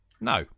No